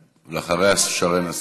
ואחריה שרן השכל.